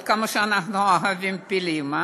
עד כמה אנחנו אוהבים פילים, הא?